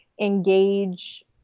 Engage